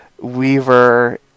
Weaver